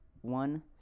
one